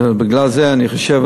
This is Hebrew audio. בגלל זה אני חושב,